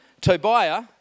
Tobiah